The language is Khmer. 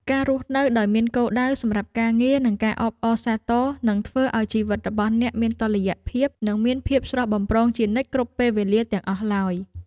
ការរស់នៅដោយមានគោលដៅសម្រាប់ការងារនិងការអបអរសាទរនឹងធ្វើឱ្យជីវិតរបស់អ្នកមានតុល្យភាពនិងមានភាពស្រស់បំព្រងជានិច្ចគ្រប់ពេលវេលាទាំងអស់ឡើយ។